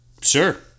sure